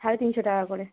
সাড়ে তিনশো টাকা করে